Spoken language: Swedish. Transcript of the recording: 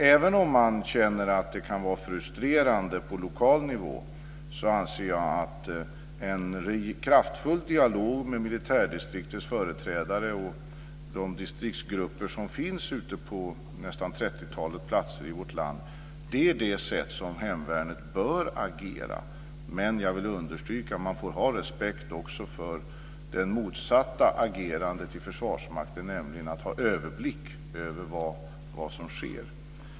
Även om man känner att det kan vara frustrerande på lokal nivå anser jag att en kraftfull dialog med militärdistriktets företrädare och de distriktsgrupper som finns ute på nästan trettiotalet platser i vårt land är den metod som hemvärnet bör använda. Jag vill understryka att vi får ha respekt också för det motsatta agerandet i Försvarsmakten, nämligen att man vill ha överblick över vad som sker.